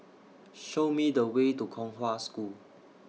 Show Me The Way to Kong Hwa School